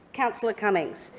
councillor cumming.